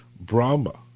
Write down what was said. Brahma